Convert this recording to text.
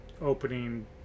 opening